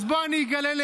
אז בוא אני אגלה: